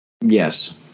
Yes